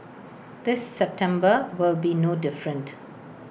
the September will be no different